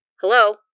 Hello